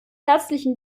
herzlichen